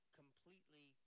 completely